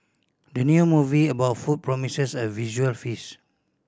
the new movie about food promises a visual feast